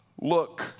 Look